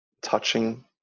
touching